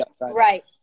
right